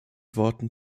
worten